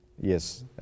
Yes